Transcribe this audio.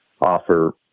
offer